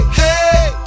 hey